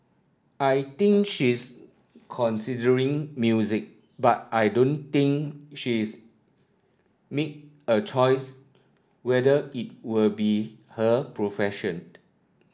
I think she's considering music but I don't think she's made a choice whether it will be her profession